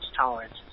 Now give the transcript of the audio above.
tolerance